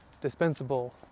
dispensable